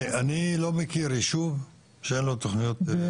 אני לא מכיר יישוב שאין לו תכניות.